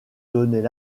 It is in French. donnaient